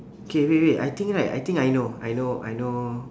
K wait wait I think right I think I know I know I know